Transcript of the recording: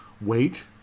wait